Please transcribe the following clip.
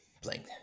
playing